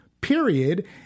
period